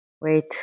Wait